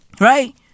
Right